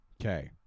Okay